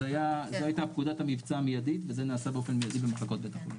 זה הייתה פקודת המבצע מיידית וזה נעשה באופן מידי במחלקות בית החולים.